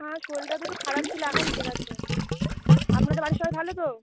হ্যাঁ শরীরটা তো একটু খারাপ ছিলো এখন ঠিক আছে আপনাদের বাড়ির সবাই ভালো তো